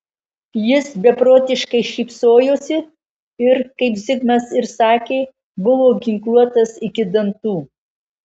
jis beprotiškai šypsojosi ir kaip zigmas ir sakė buvo ginkluotas iki dantų